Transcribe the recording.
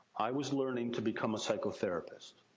i was learning to become a psychotherapist.